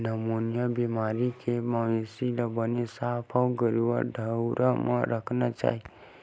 pneumonia बेमारी के मवेशी ल बने साफ अउ गरम ठउर म राखना चाही